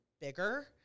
bigger